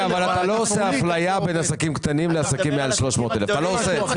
אפליה בין עסקים קטנים לעסקים מעל 300,000 שקל.